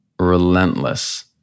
relentless